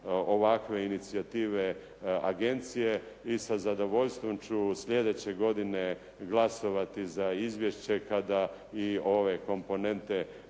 ovakve inicijative agencije i sa zadovoljstvom ću sljedeće godine glasovati za izvješće kada i ove komponente